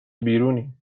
بیرونیم